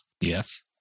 Yes